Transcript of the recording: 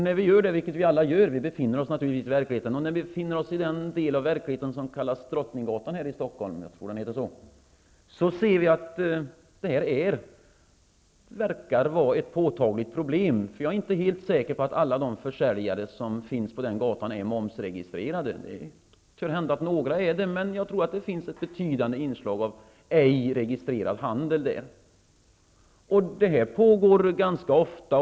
När vi gör det -- vilket vi naturligtvis gör -- befinner vi oss i den del av verkligheten som är Drottninggatan här i Stockholm. Vi ser där att den tillfälliga handeln verkar vara ett påtagligt problem. Jag är inte helt säker på att alla de försäljare som finns på den gatan är momsregistrerade. Det kan hända att några är det, men jag tror att det där finns ett betydande inslag av ej registrerad handel. Detta pågår ganska ofta.